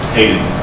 Hayden